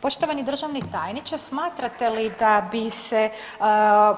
Poštovani državni tajniče smatrate li da bi se